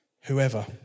Whoever